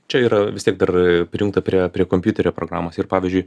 čia yra vis tiek dar prijungta prie prie kompiuterio programos ir pavyzdžiui